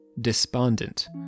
despondent